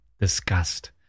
disgust